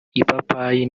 ipapayi